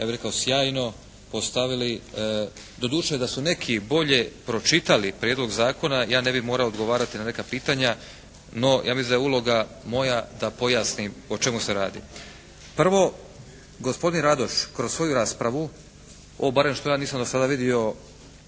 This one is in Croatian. ja bih rekao sjajno postavili. Doduše da su neki bolje pročitali Prijedlog zakona ja ne bih morao odgovarati na neka pitanja. No ja mislim da je uloga moja da pojasnim o čemu se radi. Prvo, gospodin Radoš kroz svoju raspravu, ovo barem što ja nisam do sada vidio